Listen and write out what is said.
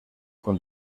con